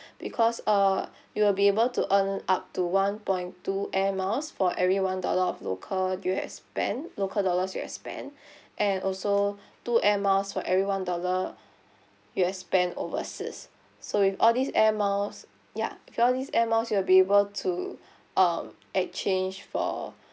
because uh you will be able to earn up to one point two Air Miles for every one dollar of local you have spent local dollar you have spent and also two Air Miles for every one dollar you have spent overseas so with all this Air Miles ya will all this Air Miles you'll be able to uh exchange for